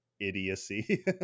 idiocy